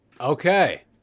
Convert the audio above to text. Okay